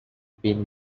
been